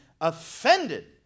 offended